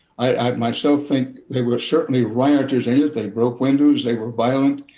i, myself, think they were certainly rioters. and they broke windows. they were violent.